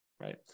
Right